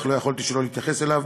אך לא יכולתי שלא להתייחס אליו.